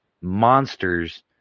monsters